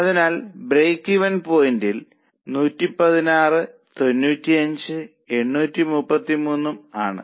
അതിനാൽ break even point 116 ഉം 95 ഉം 833 ഉം ആണ്